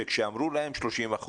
שכאשר אמרו להם 30%,